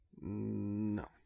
no